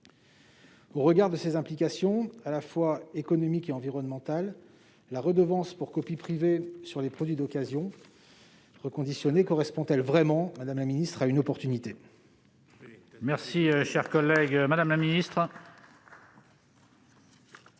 au regard de ces implications, à la fois économiques et environnementales, la redevance pour copie privée sur les produits d'occasion reconditionnés est-elle vraiment pertinente ? La parole est à